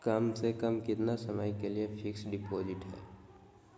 कम से कम कितना समय के लिए फिक्स डिपोजिट है?